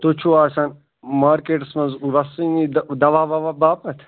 تُہۍ چھُو آسان مارکیٹَس منٛز وَسانٕے دَوا وَوا باپَتھ